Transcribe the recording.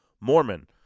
Mormon